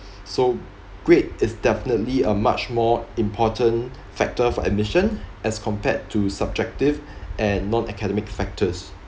so grade is definitely a much more important factor for admission as compared to subjective and non academic factors